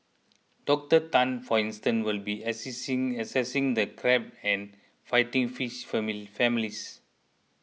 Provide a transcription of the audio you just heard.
Doctor Tan for instance will be assessing the carp and fighting fish families